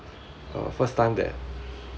uh first time that